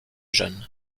jeune